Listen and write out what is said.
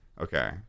okay